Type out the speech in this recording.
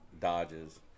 Dodges